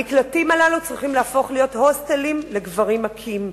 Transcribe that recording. המקלטים הללו צריכים להפוך להיות הוסטלים לגברים מכים.